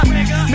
Nigga